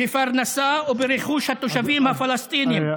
תגנה גם טרור פלסטיני.